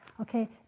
Okay